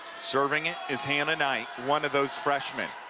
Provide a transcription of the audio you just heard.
serving it is hannah knight, one of those freshmen